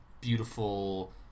beautiful